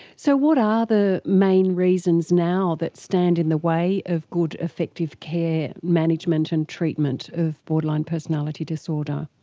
so what are the main reasons now that stand in the way of good effective care, management and treatment of borderline personality disorder?